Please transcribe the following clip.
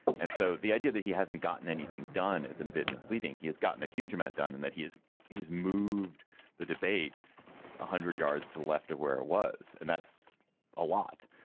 and so the idea that he hasn't gotten anything done is a bit misleading he has gotten a huge amount done. and that he is he's moved the debate one ah hundred yards to left of where it was. and that's a lot.